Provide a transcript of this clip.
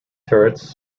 turrets